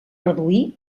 reduir